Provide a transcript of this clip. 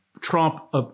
Trump